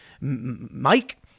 Mike